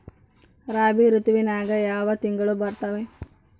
ರಾಬಿ ಋತುವಿನ್ಯಾಗ ಯಾವ ತಿಂಗಳು ಬರ್ತಾವೆ?